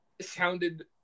sounded